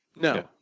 No